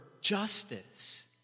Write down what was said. justice